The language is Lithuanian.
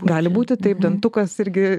gali būti taip dantukas irgi